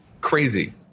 Crazy